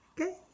Okay